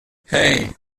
hei